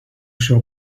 šio